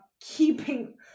keeping